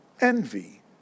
envy